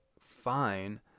fine